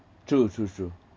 true true true